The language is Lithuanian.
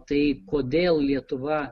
tai kodėl lietuva